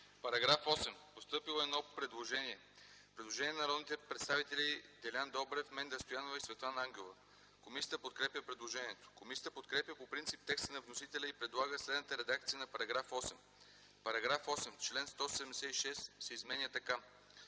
По § 8 е постъпило предложение на народните представители Делян Добрев, Менда Стоянова и Светлана Ангелова. Комисията подкрепя предложението. Комисията подкрепя по принцип текста на вносителя и предлага следната редакция на § 8: „§ 8. Член 176 се изменя така: